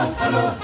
hello